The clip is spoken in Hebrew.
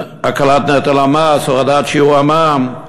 הקלת נטל המס, הורדת שיעור המע"מ,